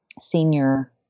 senior